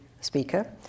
Speaker